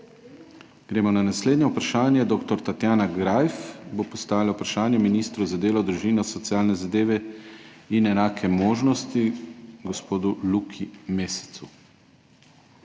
Gremo na naslednje vprašanje. Dr. Tatjana Greif bo postavila vprašanje ministru za delo, družino, socialne zadeve in enake možnosti, gospodu Luki Mescu.